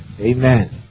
Amen